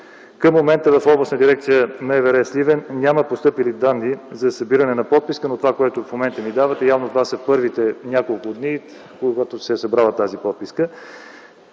Към момента в Областна дирекция на МВР – Сливен, няма постъпили данни за събиране на подписка, но това, което в момента ми давате, явно е от първите няколко дни, когато се е събрала тази подписка.